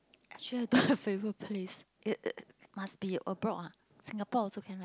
actually I don't have favourite place it it must be abroad ah Singapore also can right